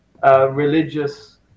Religious